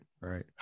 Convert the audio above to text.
right